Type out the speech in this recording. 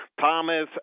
Thomas